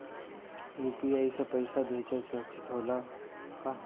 UPI से पैसा भेजल सुरक्षित होला का?